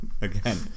again